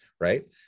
right